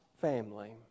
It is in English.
family